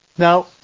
Now